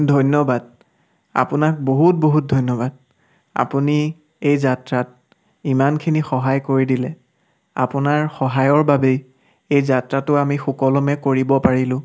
ধন্যবাদ আপোনাক বহুত বহুত ধন্যবাদ আপুনি এই যাত্ৰাত ইমানখিনি সহায় কৰি দিলে আপোনাৰ সহায়ৰ বাবেই এই যাত্ৰাটো আমি সুকলমে কৰিব পাৰিলোঁ